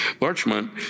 Larchmont